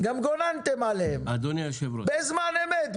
גם גוננתם עליהם בזמן אמת,